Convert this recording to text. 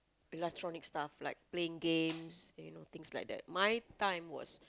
electronic stuff like playing games you know things like that my time was